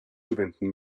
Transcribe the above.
zuwenden